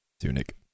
tunic